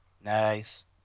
Nice